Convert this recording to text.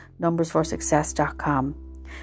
numbersforsuccess.com